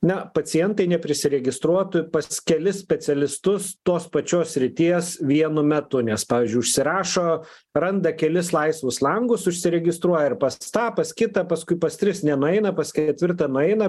na pacientai neprisiregistruotų pas kelis specialistus tos pačios srities vienu metu nes pavyzdžiui užsirašo randa kelis laisvus langus užsiregistruoja ir pas tą pas kitą paskui pas tris nenueina pas ketvirtą nueina